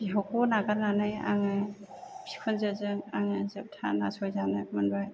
बिहावखौ नागारनानै आङो बिखुनजोजों आङो जोबथा नासय जानो मोनबाय